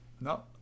No